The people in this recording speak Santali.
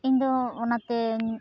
ᱤᱧᱫᱚ ᱚᱱᱟᱛᱮᱧ